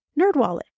NerdWallet